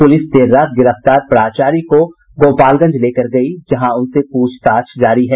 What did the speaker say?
police देर रात गिरफ्तार प्राचार्य को गोपालगंज लेकर गयी जहां उनसे पूछताछ जारी है